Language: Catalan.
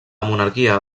monarquia